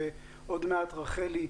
ועוד מעט רחלי,